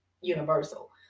universal